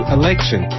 election